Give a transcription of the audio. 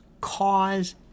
cause